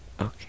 Okay